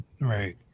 Right